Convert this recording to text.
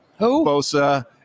Bosa